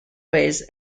weighs